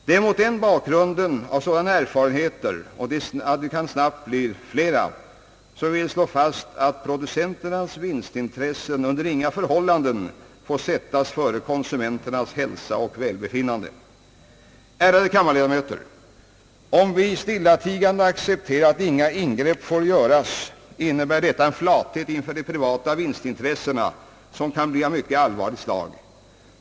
Det är mot bakgrunden av sådana erfarenheter — och de kan snabbt bli fler — som vi vill slå fast att producenternas vinstintresse under inga förhållanden får sättas före konsumenternas hälsa och välbefinnande. Ärade kammarledamöter! Om vi stillatigande accepterar att inga ingrepp får göras, innebär detta en flathet inför de privata vinstintressena, vilken kan bli av mycket allvarligt slag.